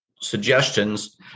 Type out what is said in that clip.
suggestions